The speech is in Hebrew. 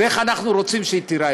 ואיך אנחנו רוצים שהיא תיראה.